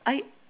I